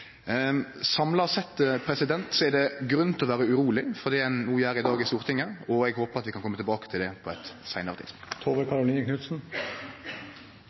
Samla sett er det grunn til å vere uroleg for det ein gjer i Stortinget i dag. Eg håpar vi kan kome tilbake til det på eit seinare